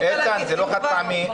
זה לא חד פעמי,